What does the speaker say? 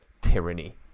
tyranny